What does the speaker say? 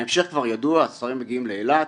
ההמשך כבר ידוע, הספרים מגיעים לאילת,